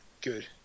Good